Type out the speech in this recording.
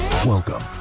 Welcome